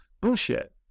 bullshit